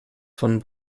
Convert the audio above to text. von